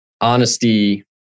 honesty